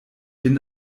bin